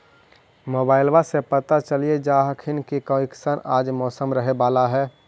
मोबाईलबा से पता चलिये जा हखिन की कैसन आज मौसम रहे बाला है?